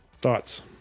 thoughts